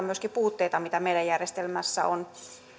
myöskin puutteita mitä meidän järjestelmässämme on